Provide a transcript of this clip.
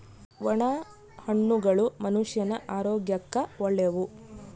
ಒಣ ಹಣ್ಣುಗಳು ಮನುಷ್ಯನ ಆರೋಗ್ಯಕ್ಕ ಒಳ್ಳೆವು